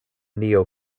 neo